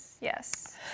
Yes